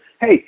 Hey